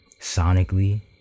sonically